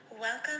Welcome